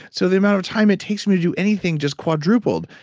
so, the amount of time it takes me to do anything just quadrupled.